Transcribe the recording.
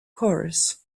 chorus